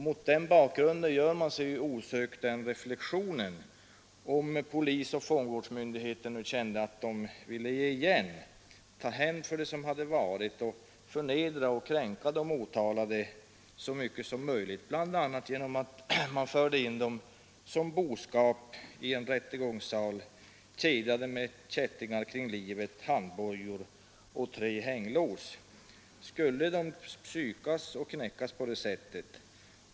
Mot den bakgrunden måste man osökt fråga sig om polisoch fångvårdsmyndigheterna nu vill ge igen, ta hämnd för det som varit och förnedra och kränka de åtalade så mycket som möjligt, bl.a. genom att föra in dem som boskap i rättssalen, kedjade med kättingar kring livet, med handbojor och tre hänglås. Skulle de psykas och knäckas på det sättet?